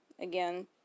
again